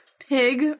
pig